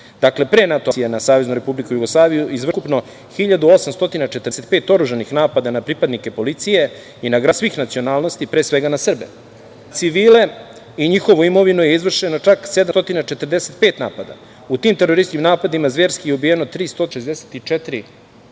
dakle, pre NATO agresije na Saveznu Republiku Jugoslaviju izvršila ukupno 1.845 oružanih napada na pripadnike policije i na građane svih nacionalnosti, pre svega na Srbe. Na civile i njihovu imovinu izvršeno je čak 745 napada. U tim terorističkim napadima zverski je ubijeno 364 ljudi